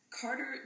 Carter